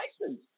license